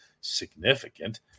significant